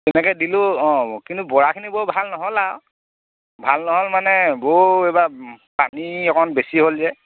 তেনেকৈ দিলোঁ অঁ কিন্তু বৰাখিনি বৰ ভাল নহ'ল আৰু ভাল নহ'ল মানে বৌ এইবাৰ পানী অকণ বেছি হ'ল যে